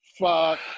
Fuck